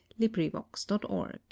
LibriVox.org